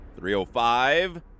305